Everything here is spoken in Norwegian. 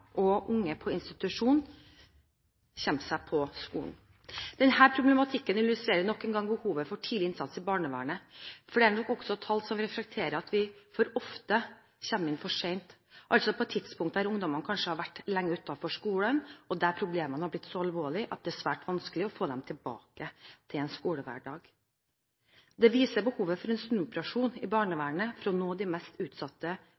og unge på institusjon kommer seg på skolen. Denne problematikken illustrerer nok en gang behovet for tidlig innsats i barnevernet, for det er nok også tall som reflekterer at vi for ofte kommer inn for sent, altså på et tidspunkt der ungdommene kanskje har vært lenge utenfor skolen, og der problemene har blitt så alvorlige at det er svært vanskelig å få dem tilbake til en skolehverdag. Det viser behovet for en snuoperasjon i barnevernet for å nå de mest utsatte